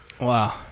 Wow